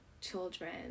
children